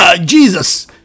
Jesus